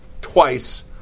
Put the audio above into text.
twice